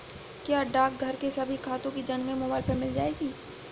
क्या डाकघर के सभी खातों की जानकारी मोबाइल पर मिल जाएगी?